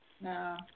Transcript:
No